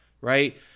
right